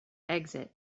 exit